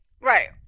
Right